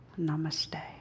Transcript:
Namaste